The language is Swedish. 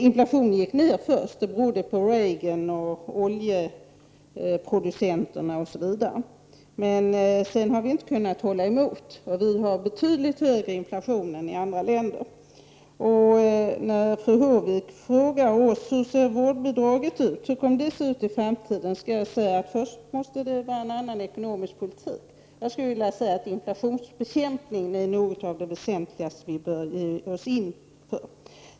Inflationen gick först ned — det berodde på Reagan, oljeproducenterna, osv., men sedan har vi inte kunnat hålla emot. Vi har betydligt högre inflation än man har i andra länder. Fru Håvik frågade oss hur vårdnadsbidraget kommer att se ut i framtiden. Jag vill då säga att först måste vi ha en annan ekonomisk politik. Jag skulle vilja säga att inflationsbekämpning är något av det väsentligaste vi har att ge oss in på.